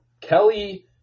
Kelly